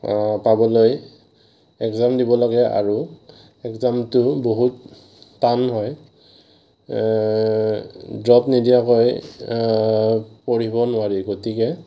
পাবলৈ আৰু এক্সাম দিব লাগে আৰু এক্সামটো বহুত টান হয় ড্ৰপ নিদিয়াকৈ পঢ়িব নোৱাৰি গতিকে